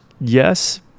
yes